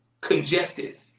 congested